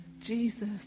Jesus